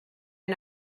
and